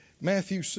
Matthew